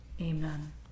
amen